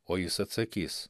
o jis atsakys